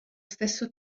stesso